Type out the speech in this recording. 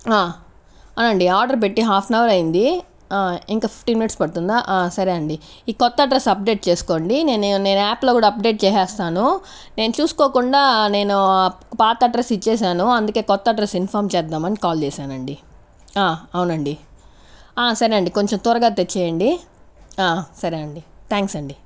అవునండి ఆర్డర్ పెట్టి half an hour అయింది ఇంకా ఫిఫ్టీన్ మినిట్స్ పడుతుందా సరే అండి ఈ కొత్త అడ్రస్ అప్డేట్ చేసుకోండి నేను నేను యాప్ లో కూడా అప్డేట్ చేసేస్తాను నేను చూసుకోకుండా నేను పాత అడ్రస్ ఇచ్చేసాను అందుకే కొత్త అడ్రస్ ఇన్ఫామ్ చేద్దామని కాల్ చేశానండి అవునండి సరే అండి కొంచెం త్వరగా తెచ్చేయండి సరే అండి థ్యాంక్స్ అండి